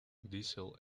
diesel